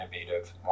innovative